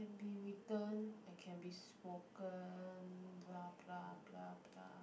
can be written and can be spoken blah blah blah blah